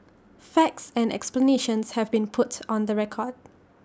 facts and explanations have been put on the record